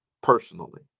Personally